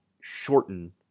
shorten